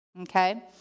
Okay